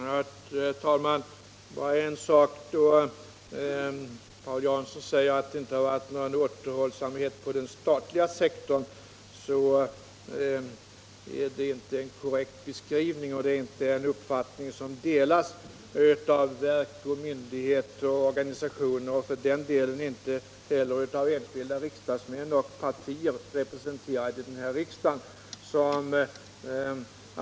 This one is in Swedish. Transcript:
Herr talman! Bara en sak. Då Paul Jansson säger att det inte varit någon återhållsamhet inom den statliga sektorn rör det sig inte om en korrekt beskrivning. Hans uppfattning delas inte av verk, myndigheter och organisationer och inte heller av enskilda riksdagsmän och partier som är representerade här i riksdagen.